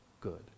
good